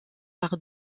par